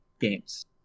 games